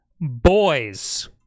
Boys